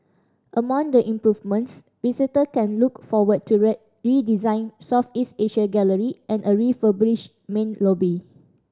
among the improvements visitor can look forward to a redesigned Southeast Asia gallery and a refurbished main lobby